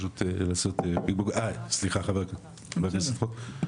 אה סליחה, חבר הכנסת רוט.